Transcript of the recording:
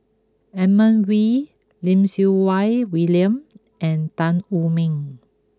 Edmund Wee Lim Siew Wai William and Tan Wu Meng